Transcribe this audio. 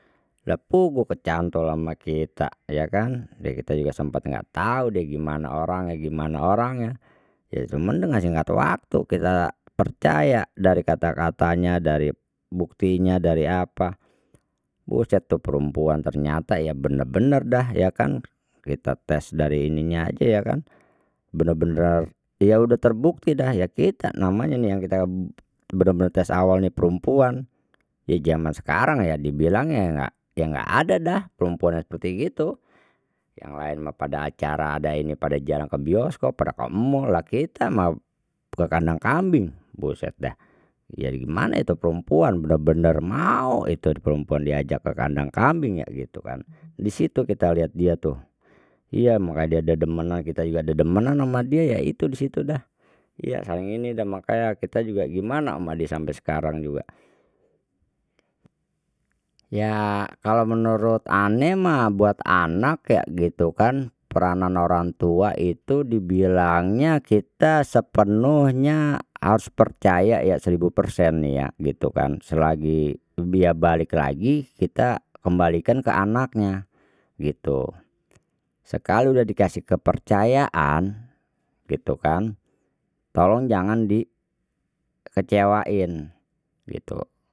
Lha puguh ke cantol ama kita ya kan dah kita juga sempat enggak tahu deh gimana orangnya gimana orangnya ya cuman dengan sih enggak tahu waktu kita percaya dari kata-katanya dari buktinya dari apa buset tu perempuan ternyata ya benar benar dah ya kan kita tes dari ininya aja ya kan bener-bener dia udah terbukti dah ya kita namanya nih yang kita bener-bener tes awalnya perempuan ya jaman sekarang ya dibilangnya enggak ya enggak ada dah perempuannya seperti gitu yang lain mah pada acara ada ini pada jalan ke bioskop pada ke mall lha kita mah ke kandang kambing buset dah ya gimana itu perempuan benar benar mau itu perempuan diajak ke kandang kambing ya gitu kan di situ kita lihat dia tuh iya makanya dia ada demenan kita juga ada demenan sama dia ya itu di situ dah ya saling ini dah makanya kita juga gimana ama dia sampai sekarang juga ya kalau menurut ane mah buat anak ya gitu kan peranan orang tua itu dibilangnya kita sepenuhnya harus percaya ya seribu persen ya gitu kan selagi dia balik lagi kita kembalikan ke anaknya gitu sekali udah dikasih kepercayaan gitu kan tolong jangan di kecewain gitu.